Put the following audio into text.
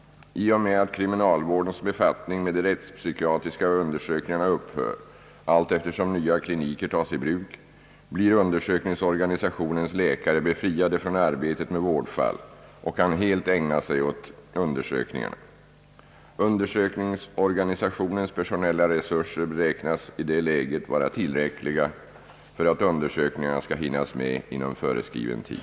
I och med att kriminalvårdens befattning med de rättspsykiatriska undersökningarna upphör allteftersom nya kliniker tas i bruk, blir undersökningsorganisationens läkare befriade från arbetet med vårdfall och kan helt ägna sig åt undersökningarna. Undersökningsorganisationens personella resurser beräknas i det läget vara tillräckliga för att undersökningarna skall hinnas med inom föreskriven tid.